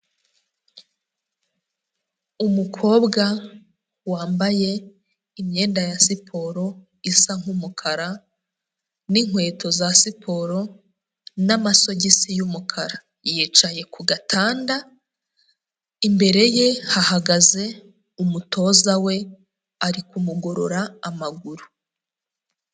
Umukobwa wambaye imyenda ya siporo isa nk'umukara n'inkweto za siporo n'amasogisi y'umukara, yicaye ku gatanda imbere ye hahagaze umutoza we ari kumugorora amaguru.